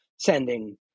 sending